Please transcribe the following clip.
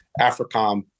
AFRICOM